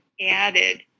added